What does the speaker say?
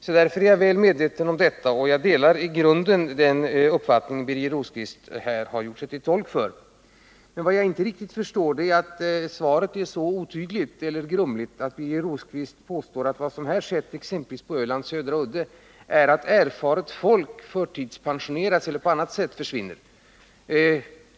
Därför är jag väl medveten om problemet, och jag delar i grunden den uppfattning som Birger Rosqvist här har gjort sig till tolk för. Men vad jag inte riktigt förstår är att detta svar skulle vara så otydligt och grumligt att Birger Rosqvist kan påstå att vad som har skett, exempelvis på Ölands södra udde, är att erfaret folk förtidspensioneras eller på annat sätt försvinner.